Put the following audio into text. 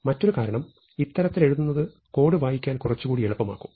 മറ്റൊരു കാരണം ഇത്തരത്തിലെഴുതുന്നത് കോഡ് വായിക്കാൻ കുറച്ചുകൂടി എളുപ്പമാക്കും